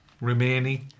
remaining